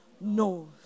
No